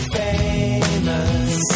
famous